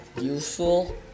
Useful